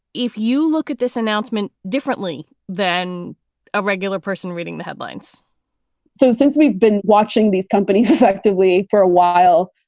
if you look at this announcement differently than a regular person reading the headlines so since we've been watching these companies effectively for a while.